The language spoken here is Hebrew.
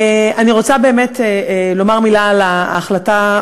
אני רוצה באמת לומר מילה על ההחלטה,